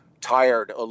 tired